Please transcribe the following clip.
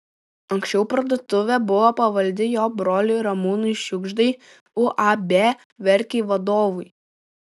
anksčiau parduotuvė buvo pavaldi jo broliui ramūnui šiugždai uab verkiai vadovui